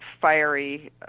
fiery